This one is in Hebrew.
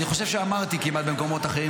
אני חושב שאמרתי במקומות אחרים,